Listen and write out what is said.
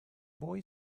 boy